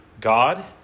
God